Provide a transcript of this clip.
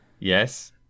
Yes